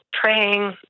praying